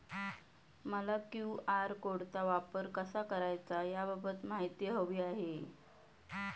मला क्यू.आर कोडचा वापर कसा करायचा याबाबत माहिती हवी आहे